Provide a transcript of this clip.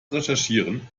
recherchieren